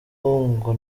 ngo